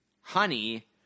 honey